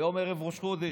שהיום ערב ראש חודש,